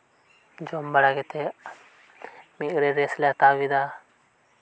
ᱡᱚᱢ ᱵᱟᱲᱟ ᱠᱟᱛᱮᱫ ᱢᱤᱫᱜᱷᱟᱹᱲᱤ ᱞᱮ ᱡᱤᱨᱟᱹᱣ ᱮᱱᱟ